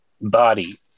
body